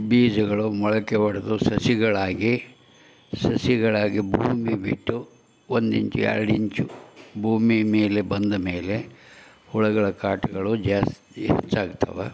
ಬೀಜಗಳು ಮೊಳಕೆ ಒಡೆದು ಸಸಿಗಳಾಗಿ ಸಸಿಗಳಾಗಿ ಭೂಮಿ ಬಿಟ್ಟು ಒಂದು ಇಂಚು ಎರಡು ಇಂಚು ಭೂಮಿ ಮೇಲೆ ಬಂದ ಮೇಲೆ ಹುಳುಗಳ ಕಾಟಗಳು ಜಾಸ್ತಿ ಹೆಚ್ಚಾಗ್ತವೆ